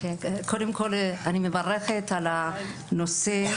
קודם כל אני מברכת על הנושא,